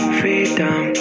freedom